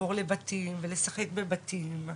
לעבור לבתים, ולשחק בבתים,